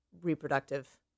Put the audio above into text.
reproductive